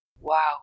Wow